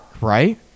right